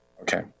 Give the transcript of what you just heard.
Okay